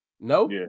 No